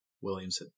Williams